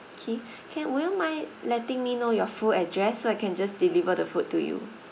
okay can would you mind letting me know your full address so I can just deliver the food to you